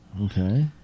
Okay